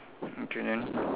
okay then